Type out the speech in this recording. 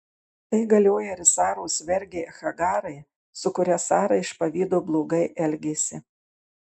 tai galioja ir saros vergei hagarai su kuria sara iš pavydo blogai elgėsi